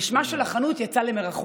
ושמה של החנות יצא למרחוק.